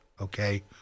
Okay